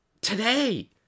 today